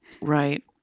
Right